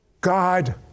God